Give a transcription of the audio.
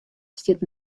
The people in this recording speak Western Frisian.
stiet